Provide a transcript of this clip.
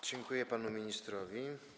Dziękuję panu ministrowi.